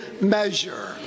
measure